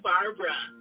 Barbara